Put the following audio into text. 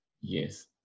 Yes